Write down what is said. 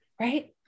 right